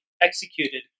executed